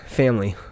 family